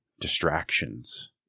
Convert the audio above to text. distractions